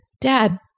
Dad